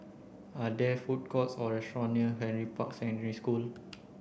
are there food courts or restaurant near Henry Park School